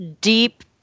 deep